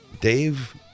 Dave